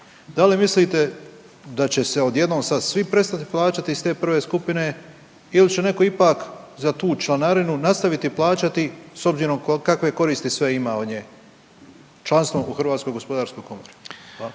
da li mislite da će se odjednom sad svi prestati plaćati iz te prve skupine ili će neko ipak za tu članarinu nastaviti plaćati s obzirom kakve koristi sve ima od nje, članstvom u HGK-u? **Reiner, Željko